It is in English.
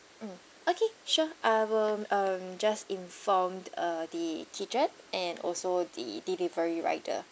mm okay sure I will um just inform uh the kitchen and also the delivery rider